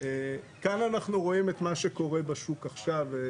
כאן אנחנו רואים את מה שקורה בשוק עכשיו.